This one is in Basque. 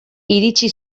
iritsi